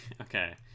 Okay